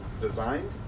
designed